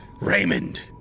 Raymond